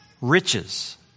riches